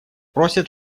просят